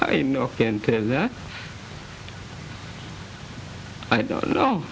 i know that i don't know